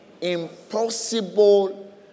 Impossible